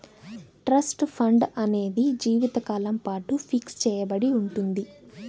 trust fund అనేది జీవితకాలం పాటు ఫిక్స్ చెయ్యబడి ఉంటుంది